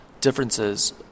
differences